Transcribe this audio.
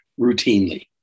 routinely